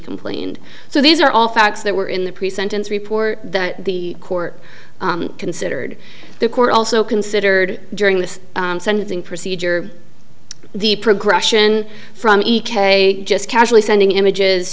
complained so these are all facts that were in the pre sentence report that the court considered the court also considered during the sentencing procedure the progression from ek just casually sending images